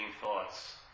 thoughts